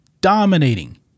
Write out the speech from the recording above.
dominating